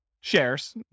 shares